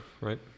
right